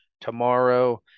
tomorrow